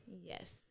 Yes